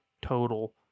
Total